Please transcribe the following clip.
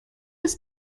des